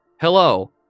hello